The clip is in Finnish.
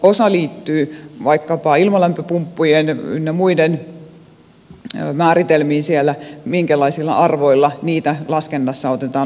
osa liittyy vaikkapa ilmalämpöpumppujen ynnä muiden määritelmiin siellä minkälaisilla arvoilla niitä laskennassa otetaan huomioon